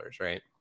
right